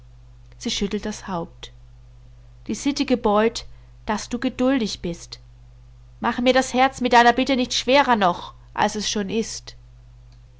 sie schüttelte das haupt die sitte gebeut daß du geduldig bist mach mir das herz mit deiner bitte nicht schwerer noch als es schon ist